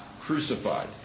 crucified